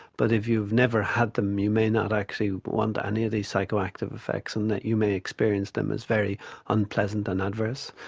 but if you've never had them you may not actually want any of these psychoactive effects, and that you may experience them as very unpleasant and adverse.